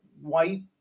white